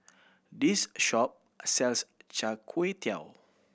this shop sells Char Kway Teow